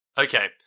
Okay